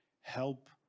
help